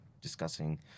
discussing